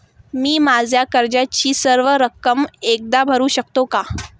मी माझ्या कर्जाची सर्व रक्कम एकदा भरू शकतो का?